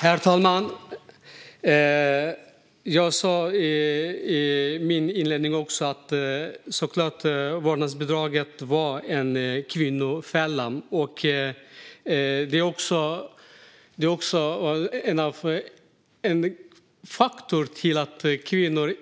Herr talman! Som jag sa i min inledning var vårdnadsbidraget såklart en kvinnofälla. Det var också en faktor till att kvinnor